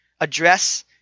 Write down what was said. address